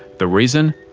the reason?